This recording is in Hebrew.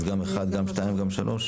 אז גם 1, גם 2, גם 3?